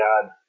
God